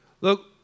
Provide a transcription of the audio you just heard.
Look